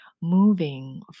moving